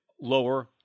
lower